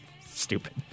stupid